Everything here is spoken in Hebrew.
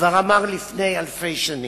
כבר אמר לפני אלפי שנים: